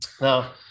now